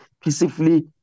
peacefully